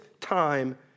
time